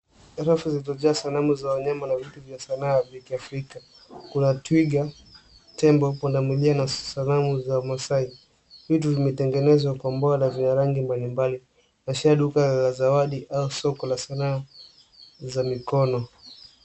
Rafu zilizojaa sanamu za wanyama na vitu vya sanaa vya kiafrika. Kuna twiga, tembo, punda milia na sanamu za maasai. Vitu vimetengenezwa kwa umbo na rangi mbali mbali hasa duka la zawadi au soko la sanaa za mikono.